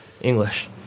English